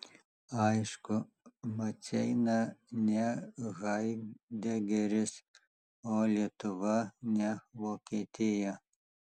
aišku maceina ne haidegeris o lietuva ne vokietija